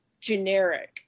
generic